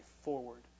forward